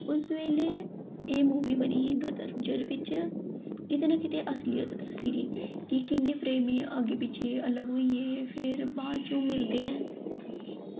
उस बेल्लै एह् मूवी बनी ही गदर जेह्दे बिच्च किते ना किते असलियत दस्सी दी कि किन्ने प्रेमी अग्गें पिच्छें अलग होई गे हे फिर बाद च ओह् मिलदे ऐ